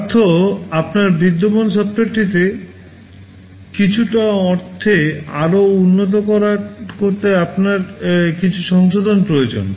তার অর্থ আপনার বিদ্যমান সফ্টওয়্যারটিকে কিছুটা অর্থে আরও উন্নত করতে আপনার কিছু সংশোধন প্রয়োজন